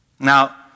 Now